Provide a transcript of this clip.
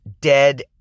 dead